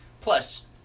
Plus